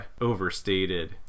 overstated